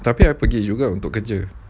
tapi I pergi juga untuk kerja